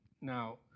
now